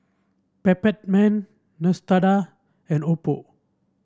Peptamen Neostrata and Oppo